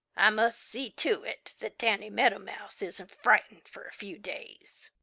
i must see to it that danny meadow mouse isn't frightened for a few days.